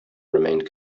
remained